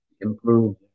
improve